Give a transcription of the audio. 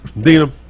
Dina